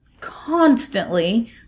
constantly